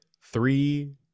Three